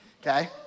okay